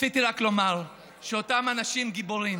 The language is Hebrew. רציתי לומר שאותם אנשים גיבורים